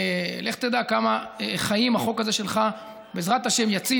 לך תדע כמה חיים החוק הזה שלך בעזרת השם יציל.